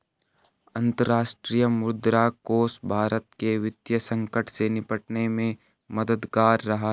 अंतर्राष्ट्रीय मुद्रा कोष भारत के वित्तीय संकट से निपटने में मददगार रहा है